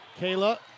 Kayla